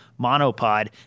monopod